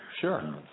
Sure